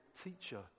teacher